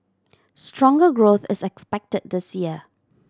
stronger growth is expected this year